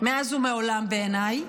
מאז ומעולם בעיניי.